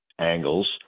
angles